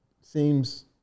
seems